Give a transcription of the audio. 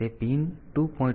તેથી તે પીન 2